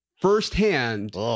firsthand